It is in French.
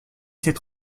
cette